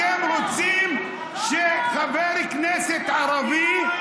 אתם רוצים שחבר כנסת ערבי,